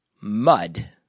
mud